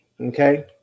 okay